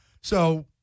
So-